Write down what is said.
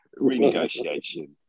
renegotiation